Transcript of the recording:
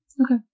okay